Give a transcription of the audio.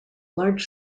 large